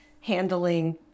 handling